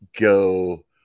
go